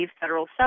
federal